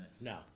No